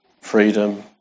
freedom